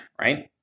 right